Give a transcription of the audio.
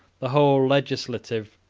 the whole legislative,